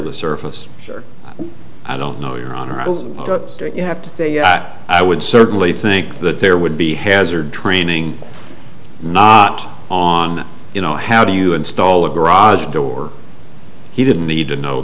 the surface i don't know your honor you have to say i would certainly think that there would be hazard training on you know how do you install a garage door he didn't need to know